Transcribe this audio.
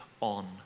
on